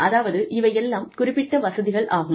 அதாவது இவை எல்லாம் குறிப்பிட்ட வசதிகள் ஆகும்